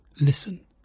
listen